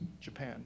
Japan